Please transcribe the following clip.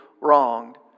wronged